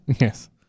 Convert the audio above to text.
Yes